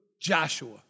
Joshua